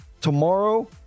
tomorrow